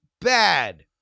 Bad